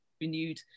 renewed